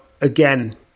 again